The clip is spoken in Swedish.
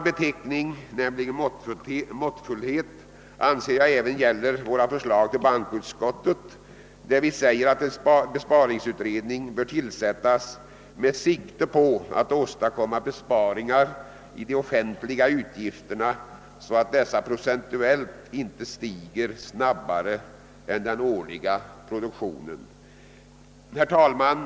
Beteckningen måttfullhet anser jag även gälla våra förslag till bankoutskottet, i vilka vi säger att en besparingsutredning bör tillsättas med sikte på att åstadkomma besparingar i de offentliga utgifterna, så att dessa procentuellt inte stiger snabbare än den årliga produktionen. Herr talman!